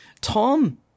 Tom